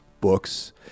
books